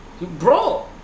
Bro